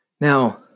Now